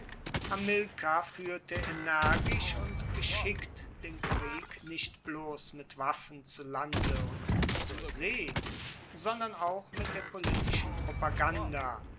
hamilkar fuehrte energisch und geschickt den krieg nicht bloss mit waffen zu lande und zur see sondern auch mit der politischen propaganda